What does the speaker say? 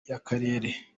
y’akarere